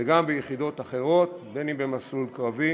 וגם ביחידות אחרות, אם במסלול קרבי